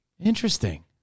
Interesting